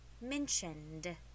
mentioned